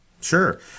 Sure